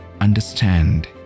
understand